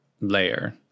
layer